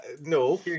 no